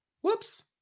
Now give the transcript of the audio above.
whoops